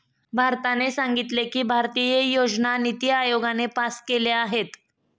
भारताने सांगितले की, भारतीय योजना निती आयोगाने पास केल्या आहेत